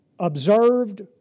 observed